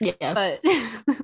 Yes